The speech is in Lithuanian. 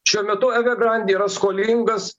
šiuo metu evegrand yra skolingas